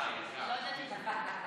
אה, "היקר".